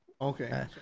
Okay